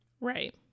Right